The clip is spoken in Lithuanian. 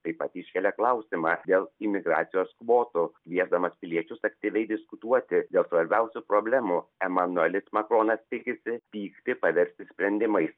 taip pat iškelia klausimą dėl imigracijos kvotų liedama piliečius aktyviai diskutuoti dėl svarbiausių problemų emanuelis makronas tikisi pyktį paversti sprendimai